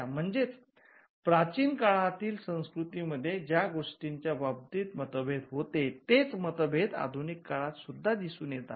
म्हणजेच प्राचीन काळातील संस्कृतीमध्ये ज्या गोष्टींच्या बाबतीत मतभेद होते तेच मतभेद आधुनिक काळात सुद्धा दिसून येतात